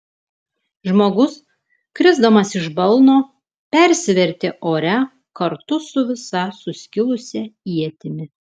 žmogus krisdamas iš balno persivertė ore kartu su visa suskilusia ietimi